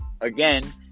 again